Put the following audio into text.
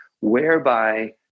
whereby